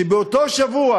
שבאותו שבוע